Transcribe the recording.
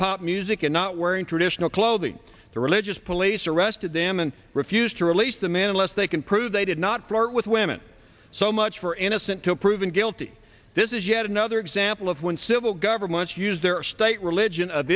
pop music and not wearing traditional clothing the religious police arrested them and refused to release the man unless they can prove they did not flirt with women so much for innocent till proven guilty this is yet another example of when civil governments use their state religion of